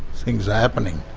things are happening.